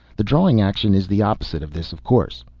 the drawing action is the opposite of this, of course.